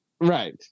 right